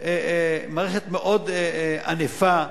מאוד ענפה.